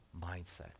mindset